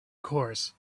course